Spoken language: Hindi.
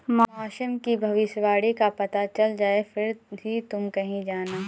मौसम की भविष्यवाणी का पता चल जाए फिर ही तुम कहीं जाना